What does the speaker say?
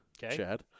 Chad